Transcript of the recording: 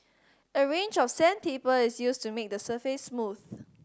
a range of sandpaper is used to make the surface smooth